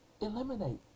Eliminate